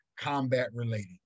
combat-related